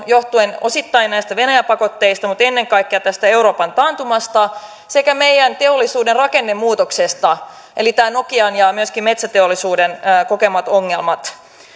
johtuen osittain venäjä pakotteista mutta ennen kaikkea euroopan taantumasta sekä meidän teollisuuden rakennemuutoksesta eli nokian ja myöskin metsäteollisuuden kokemista